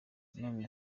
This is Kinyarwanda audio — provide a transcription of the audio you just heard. none